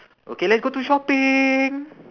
okay let's go to shopping